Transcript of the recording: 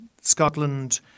Scotland